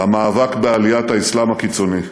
למאבק בעליית האסלאם הקיצוני.